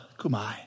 kumai